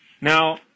Now